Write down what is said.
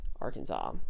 Arkansas